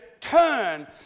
turn